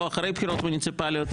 לא אחרי בחירות מוניציפליות,